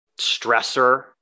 stressor